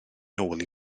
nôl